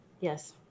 Yes